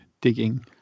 digging